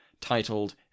titled